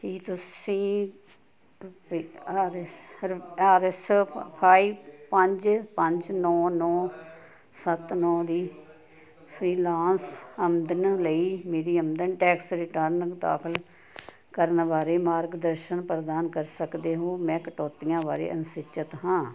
ਕੀ ਤੁਸੀਂ ਰੁਪ R S R S ਬਾਈ ਪੰਜ ਪੰਜ ਨੌਂ ਨੌਂ ਸੱਤ ਨੌਂ ਦੀ ਫ੍ਰੀਲਾਂਸ ਆਮਦਨ ਲਈ ਮੇਰੀ ਆਮਦਨ ਟੈਕਸ ਰਿਟਰਨ ਦਾਖਲ ਕਰਨ ਬਾਰੇ ਮਾਰਗਦਰਸ਼ਨ ਪ੍ਰਦਾਨ ਕਰ ਸਕਦੇ ਹੋ ਮੈਂ ਕਟੌਤੀਆਂ ਬਾਰੇ ਅਨਿਸ਼ਚਿਤ ਹਾਂ